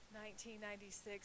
1996